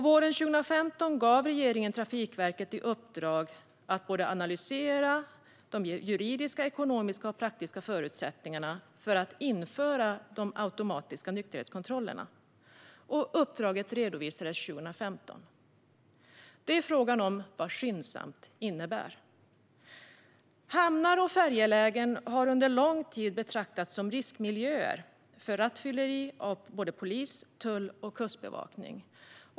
Våren 2015 gav regeringen Trafikverket i uppdrag att analysera de juridiska, ekonomiska och praktiska förutsättningarna för att införa de automatiska nykterhetskontrollerna. Uppdraget redovisades 2015. Frågan är vad "skyndsamt" innebär. Hamnar och färjelägen har under lång tid betraktats som riskmiljöer för rattfylleri av såväl polis som tull och kustbevakning.